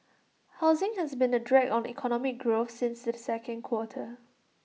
housing has been A drag on economic growth since the second quarter